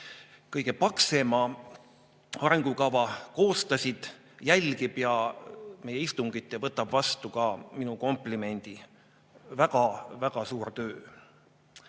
kõige paksema arengukava, jälgib meie istungit ja võtab vastu ka minu komplimendi. Väga-väga suur töö!